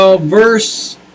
verse